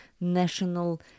national